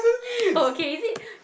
oh okay is it